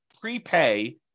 prepay